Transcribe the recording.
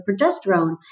progesterone